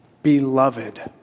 beloved